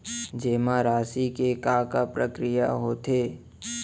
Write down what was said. जेमा राशि के का प्रक्रिया होथे?